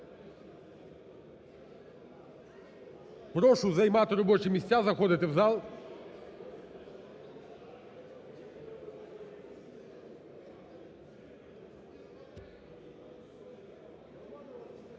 Прошу займати робочі місця, заходити в зал.